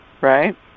right